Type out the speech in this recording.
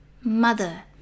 Mother